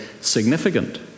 significant